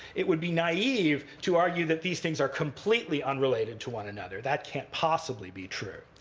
it would be naive to argue that these things are completely unrelated to one another. that can't possibly be true.